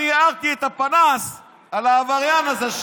ואני הארתי בפנס על העבריין הזה,